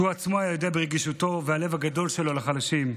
שהוא עצמו היה ידוע ברגישותו ובלב הגדול שלו לחלשים.